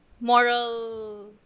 moral